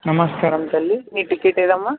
నమస్కారం తల్లి నీ టికెట్ ఏదమ్మ